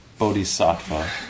Bodhisattva